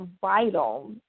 vital